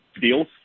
deals